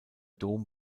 dom